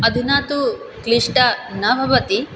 अधुना तु क्लिष्टं न भवति